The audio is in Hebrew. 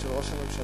של ראש הממשלה,